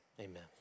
Amen